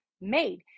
made